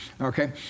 Okay